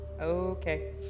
Okay